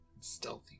stealthy